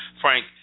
Frank